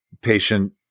patient